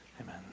Amen